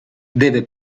deve